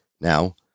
Now